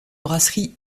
brasserie